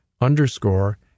underscore